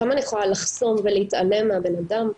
כמה אני יכולה לחסום ולהתעלם מהבנאדם,